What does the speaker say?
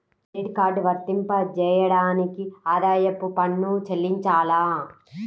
Credit card వర్తింపజేయడానికి ఆదాయపు పన్ను చెల్లించాలా?